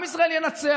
עם ישראל ינצח.